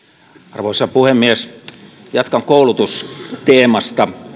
arvoisa puhemies jatkan koulutusteemasta